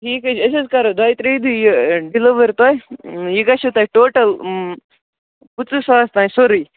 ٹھیٖک حظ چھُ أسۍ حظ کَرو دۄیہِ ترٛیہِ دۅہۍ یہِ ڈِیلؤر تۄہہِ یہِ گَژھوٕ تۄہہِ ٹوٹَل پٕنٛژٕہ ساس تانۍ سورُے